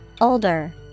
Older